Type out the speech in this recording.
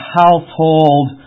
household